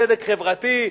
צדק חברתי,